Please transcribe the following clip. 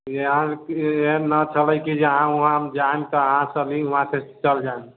जी इएहै लेना छलए कि जे नाम वाम जानके अहाँसे ली वहाँसे लेके चलि जाय